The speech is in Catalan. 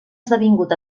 esdevingut